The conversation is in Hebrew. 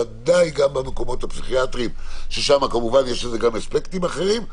ודאי גם במקומות הפסיכיאטריים ששם כמובן יש לזה גם אספקטים אחרים,